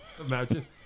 Imagine